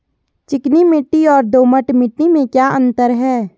चिकनी मिट्टी और दोमट मिट्टी में क्या अंतर है?